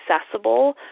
accessible